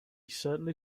certainly